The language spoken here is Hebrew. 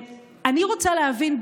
אני רוצה להבין,